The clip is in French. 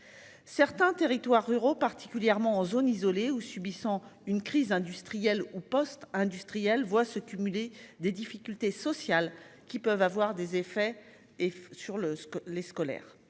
Certains territoires ruraux particulièrement en zone isolée ou subissant une crise industrielle ou post-industriel voit se cumuler des difficultés sociales qui peuvent avoir des effets et sur le, ce